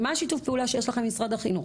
מה שיתוף הפעולה שיש לכם עם משרד החינוך?